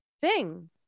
sing